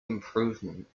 improvement